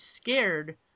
scared